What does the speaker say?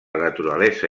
naturalesa